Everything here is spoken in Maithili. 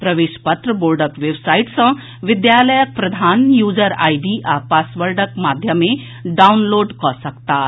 प्रवेश पत्र बोर्डक वेबसाईट सँ विद्यालयक प्रधान यूजर आईडी आ पासवर्डक माध्यम सँ डाउनलोड कऽ सकताह